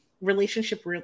relationship